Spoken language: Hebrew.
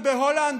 ובהולנד,